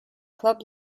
club